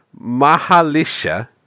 Mahalisha